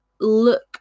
look